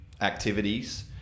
activities